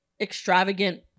extravagant